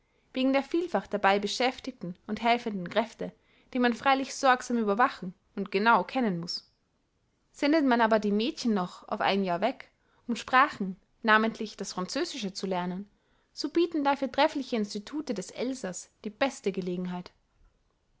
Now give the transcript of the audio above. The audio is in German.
wegen der vielfach dabei beschäftigten und helfenden kräfte die man freilich sorgsam überwachen und genau kennen muß sendet man aber die mädchen noch auf ein jahr weg um sprachen namentlich das französische zu lernen so bieten dafür treffliche institute des elsaß die beste gelegenheit